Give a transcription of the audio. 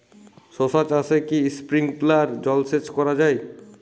শশা চাষে কি স্প্রিঙ্কলার জলসেচ করা যায়?